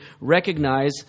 Recognize